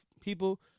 people